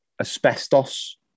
asbestos